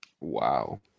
Wow